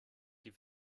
die